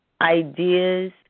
ideas